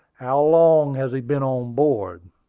how long has he been on board?